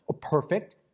Perfect